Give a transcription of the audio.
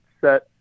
set